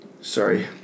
Sorry